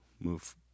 move